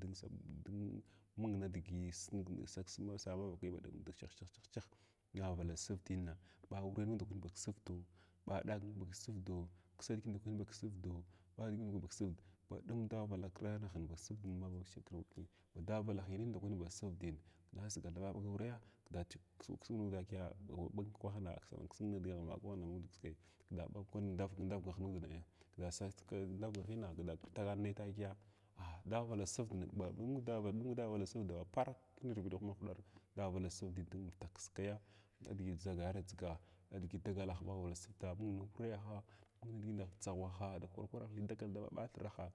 Dun sun mung nidigi saksa sa ksa sa damavakai ba ɗumma digi shahshahshah daghwvala sərdina, ɓawuray nud ndakwani baksardio, ɓa ɗag nud ndakwan baksərdo, ksa digit ndakwani baksərda ba ɗum daghwvala khadahan baksərd inma mabaushitru dala hinahin ndakwani baksar; din sagal daɓa aureya kda chuk ksusig takiya ɓagwa ɓag ndakwahna kasu ksig vakwahin ndakwahin amud kiskai ga ɓa kwahin ndarga ndarga munguna ka sas ndargna tagan nai takiya davala sərdina badum baɗum nudah daghwvala sərdin parau nirviɗnahndaja dala sərdin amjak kiskaya lidig dʒiga dʒiga kiligi dagalah daghwvala sərda mung uwwaha mung tsahwahi kwar kawah digi dagal dabathirahs